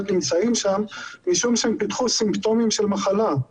נמצאים שם משום שהם פיתחו סימפטומים של מחלה.